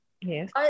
Yes